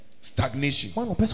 stagnation